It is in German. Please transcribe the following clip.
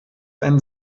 ein